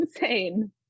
insane